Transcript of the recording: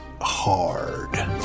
hard